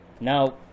Now